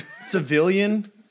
Civilian